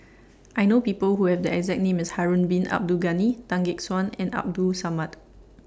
I know People Who Have The exact name as Harun Bin Abdul Ghani Tan Gek Suan and Abdul Samad